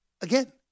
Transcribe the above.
again